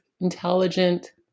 intelligent